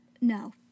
No